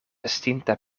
estinta